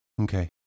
Okay